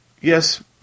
Yes